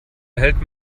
erhält